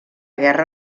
guerra